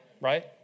right